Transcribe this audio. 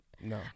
No